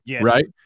right